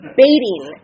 baiting